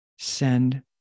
send